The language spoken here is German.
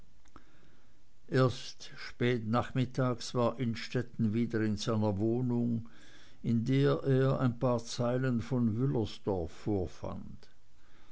erst spät nachmittags war innstetten wieder in seiner wohnung in der er ein paar zeilen von